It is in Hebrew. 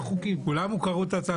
כולם קראו את הצעת החוק.